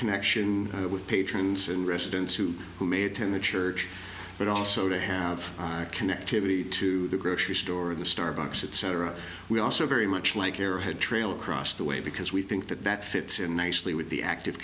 connection with patrons and residents who who may tend to church but also to have connectivity to the grocery store the starbucks etc we also very much like arrowhead trail across the way because we think that that fits in nicely with the active